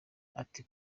ati